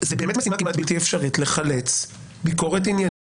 זה באמת משימה כמעט בלתי אפשרית לחלץ ביקורת עניינית